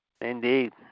Indeed